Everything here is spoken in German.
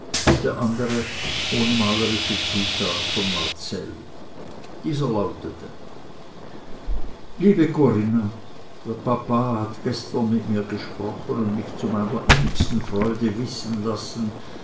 der andere ohne malerische zutat von marcell dieser lautete liebe corinna der papa hat gestern mit mir gesprochen und mich zu meiner innigsten freude wissen lassen